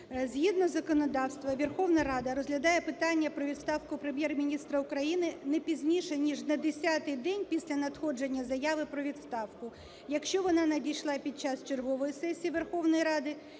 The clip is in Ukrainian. Згідно законодавства Верховна Рада розглядає питання про відставку Прем'єр-міністра України не пізніше ніж на 10 день після надходження заяви про відставку, якщо вона надійшла під час чергової сесії Верховної Ради,